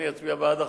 אני אצביע בעד החוק.